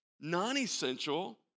non-essential